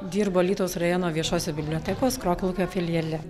dirbu alytaus rajono viešosios bibliotekos kroklaukio filiale